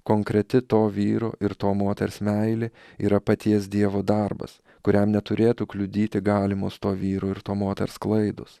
konkreti to vyro ir to moters meilė yra paties dievo darbas kuriam neturėtų kliudyti galimos to vyro ir to moters klaidos